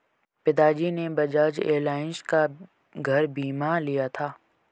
पिताजी ने बजाज एलायंस का घर बीमा लिया था